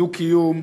בדו-קיום,